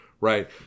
right